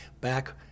back